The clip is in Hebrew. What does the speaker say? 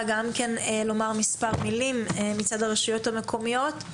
לומר מספר מלים מצד הרשויות המקומיות.